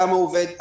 כמה הוא עובד,